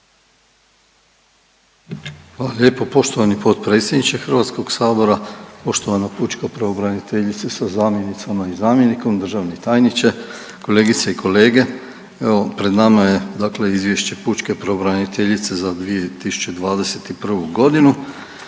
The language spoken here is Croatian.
lijepo poštovani potpredsjedniče HS, poštovana pučka pravobraniteljice sa zamjenicom, a i zamjenikom, državni tajniče, kolegice i kolege. Evo pred nama je dakle izvješće pučke pravobraniteljice za 2021.g.